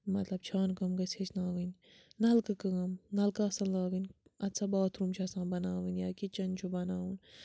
مطلب چھانہٕ کٲم گژھِ ہیٚچھناوٕنۍ نَلکہٕ کٲم نَلکہٕ آسَن لاگٕنۍ اَتہِ سا باتھ روٗم چھِ آسان بَناوٕنۍ یا کِچَن چھُ بَناوُن